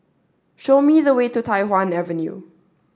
show me the way to Tai Hwan Avenue